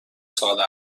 سال